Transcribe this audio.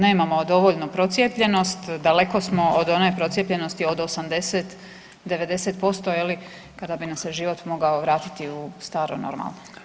Nemamo dovoljno procijepljenost, daleko smo od one procijepljenosti od 80, 90% kada bi nam se život mogao vratiti u staro normalno.